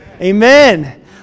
Amen